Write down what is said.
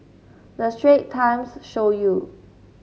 the Straits Times show you